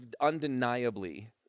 undeniably